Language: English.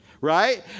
right